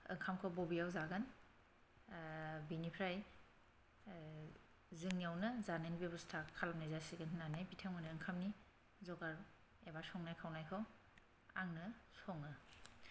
ओंखामखौ बबेयाव जागोन बिनिफ्राय जोंनिआवनो जानायनि बेबस्था खालामनाय जासिगोन होननानै बिथांमोननो ओंखामनि जगार एबा संनाय खावनायखौ आंनो सङो